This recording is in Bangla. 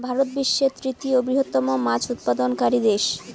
ভারত বিশ্বের তৃতীয় বৃহত্তম মাছ উৎপাদনকারী দেশ